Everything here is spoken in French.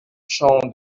champ